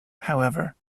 however